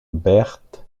berthe